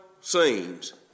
scenes